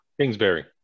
Kingsbury